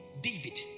David